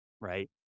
right